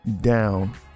down